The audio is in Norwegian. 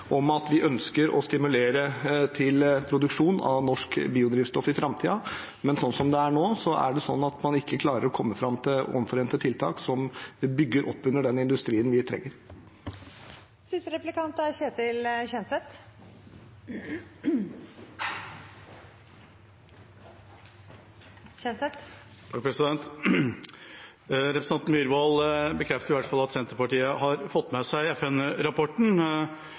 om at vi ønsker å stimulere til produksjon av norsk biodrivstoff i framtiden, men slik som det er nå, klarer man ikke å komme fram til omforente tiltak som bygger opp under den industrien vi trenger. Representanten Myhrvold bekrefter iallfall at Senterpartiet har fått med seg